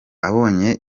abonye